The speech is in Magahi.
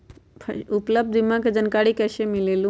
उपलब्ध बीमा के जानकारी कैसे मिलेलु?